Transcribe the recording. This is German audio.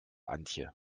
antje